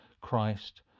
christ